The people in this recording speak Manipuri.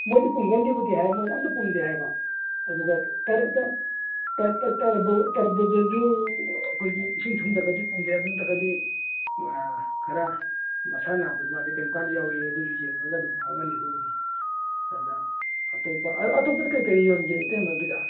ꯃꯣꯏꯗꯤ ꯄꯨꯝꯒꯟꯗꯦꯕꯨꯗꯤ ꯍꯥꯏ ꯃꯣꯏꯗꯤ ꯑꯝꯇ ꯄꯨꯝꯗꯦ ꯍꯥꯏꯌꯦꯕ ꯑꯗꯨꯒ ꯇꯔꯕꯨꯖꯁꯨ ꯑꯩꯈꯣꯏꯒꯤ ꯏꯁꯤꯡ ꯊꯨꯝꯗ꯭ꯔꯒꯗꯤ ꯄꯨꯝꯗꯦ ꯑꯗꯨ ꯅꯠꯇ꯭ꯔꯒꯗꯤ ꯈꯔ ꯃꯁꯥ ꯅꯥꯕꯗꯤ ꯃꯥꯗꯤ ꯀꯩꯒꯨꯝ ꯀꯥꯟꯗ ꯌꯥꯎꯏ ꯑꯗꯨꯁꯨ ꯌꯦꯡꯉꯒ ꯑꯗꯨꯝ ꯈꯪꯉꯅꯤ ꯑꯗꯨꯕꯨꯗꯤ ꯑꯗ ꯑꯇꯣꯞꯄ ꯑꯇꯣꯞꯄꯗ ꯀꯔꯤ ꯀꯔꯤ ꯌꯣꯟꯒꯦ ꯏꯇꯩꯃꯒꯤꯗ